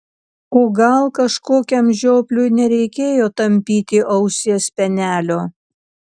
o gal kažkokiam žiopliui nereikėjo tampyti ausies spenelio